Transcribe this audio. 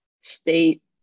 state